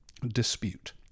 dispute